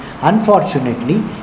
Unfortunately